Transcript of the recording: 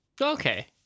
Okay